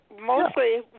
Mostly